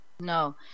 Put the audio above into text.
no